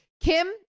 Kim